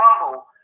Rumble